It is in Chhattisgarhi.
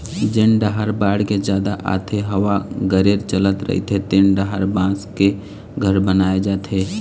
जेन डाहर बाड़गे जादा आथे, हवा गरेर चलत रहिथे तेन डाहर बांस के घर बनाए जाथे